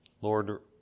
Lord